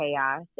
chaos